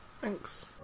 Thanks